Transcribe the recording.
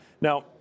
Now